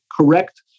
correct